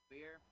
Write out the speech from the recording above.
Beer